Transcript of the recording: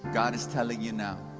god is telling you now,